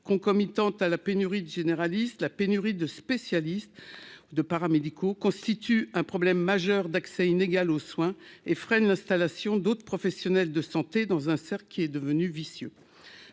concomitante à la pénurie de généralistes, la pénurie de spécialistes de paramédicaux constitue un problème majeur d'accès inégal aux soins et freine l'installation d'autres professionnels de santé dans un cercle qui est devenu vicieux